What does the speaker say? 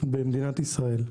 במדינת ישראל.